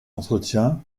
entretiens